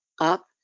up